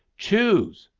choose!